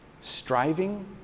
striving